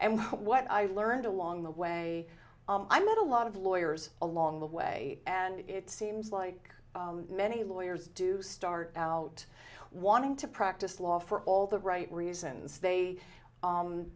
and what i learned along the way i'm not a lot of lawyers along the way and it seems like many lawyers do start out wanting to practice law for all the right reasons they